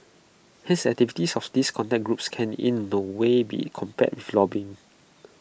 hence the activities of these contact groups can in no way be compared with lobbying